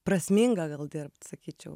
prasminga gal dirbt sakyčiau